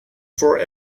for